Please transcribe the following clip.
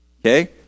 Okay